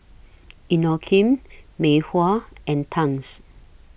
Inokim Mei Hua and Tangs